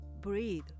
breathe